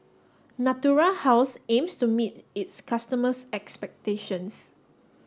Natura House aims to meet its customers' expectations